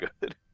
good